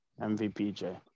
MVPJ